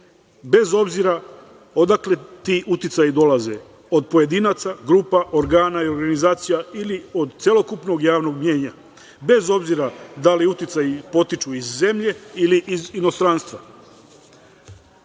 bez obzira odakle ti uticaji dolaze, od pojedinaca, grupa organa i organizacija ili od celokupnog javnog mnjenja, bez obzira da li uticaji potiču iz zemlje ili inostranstva.Sećamo